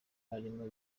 arimo